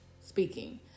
speaking